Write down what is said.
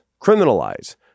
criminalize